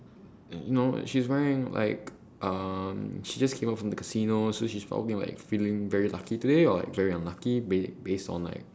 and you know like she's wearing like um she just came out from the casino so she's probably like feeling very lucky today or like very unlucky base~ based on like